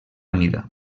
mida